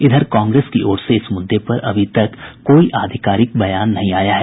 इधर कांग्रेस की ओर से इस मुद्दे पर अभी तक कोई आधिकारिक बयान नहीं आया है